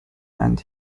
and